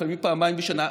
לפעמים פעמיים בשנה,